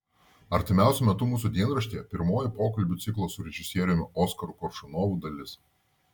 artimiausiu metu mūsų dienraštyje pirmoji pokalbių ciklo su režisieriumi oskaru koršunovu dalis